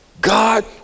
God